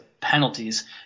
penalties